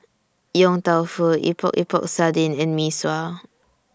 Yong Tau Foo Epok Epok Sardin and Mee Sua